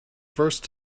first